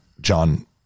John